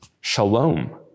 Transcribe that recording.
shalom